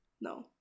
No